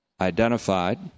identified